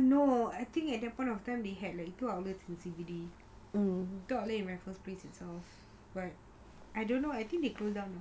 no I think at that point of time they had like two outlets in C_B_D two outlets in raffles place itself but I don't know I think they close down now